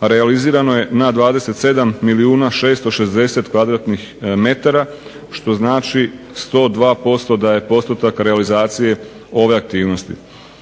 a realizirano je na 27 milijuna 660 m2 što znači 102% da je postotak realizacije ove aktivnosti.